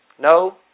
No